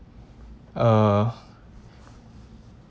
uh